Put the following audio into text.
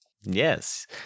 Yes